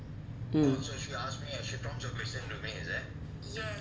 mm